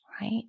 right